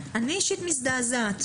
אני אישית מזדעזעת.